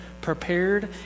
prepared